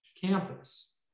campus